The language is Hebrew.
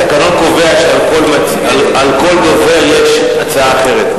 התקנון קובע שעל כל דובר יש הצעה אחרת.